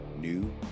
new